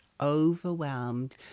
Overwhelmed